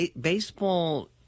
baseball